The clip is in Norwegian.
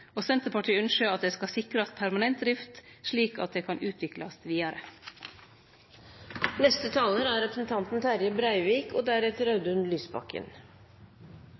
og Senterpartiet ynskjer at det skal sikrast permanent drift slik at det kan utviklast vidare. Skeivt arkiv i Bergen dekkjer eit kunnskapshol i norsk politisk, sosial og